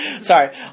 sorry